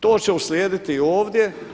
To će uslijediti ovdje.